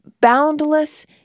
Boundless